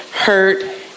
hurt